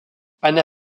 anna